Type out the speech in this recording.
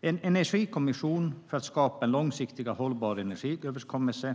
En energikommission tillsätts för att skapa en långsiktigt hållbar energiöverenskommelse.